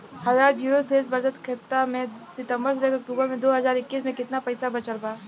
हमार जीरो शेष बचत खाता में सितंबर से अक्तूबर में दो हज़ार इक्कीस में केतना पइसा बचल बा?